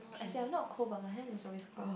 as in I'm not cold but my hands is always cold